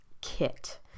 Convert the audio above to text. kit